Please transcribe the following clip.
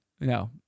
No